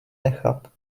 nechat